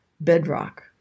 bedrock